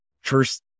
First